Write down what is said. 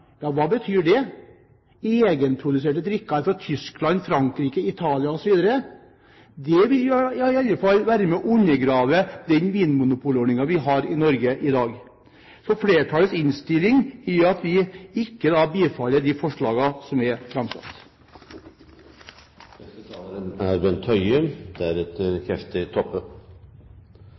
Ja, hva betyr det – egenproduserte drikker fra Tyskland, Frankrike, Italia osv.? Det vil i alle fall være med og undergrave den vinmonopolordningen vi har i Norge i dag. Flertallets innstilling er at vi ikke bifaller de forslagene som er framsatt. Siden det er